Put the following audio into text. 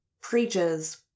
preaches